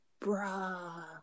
bruh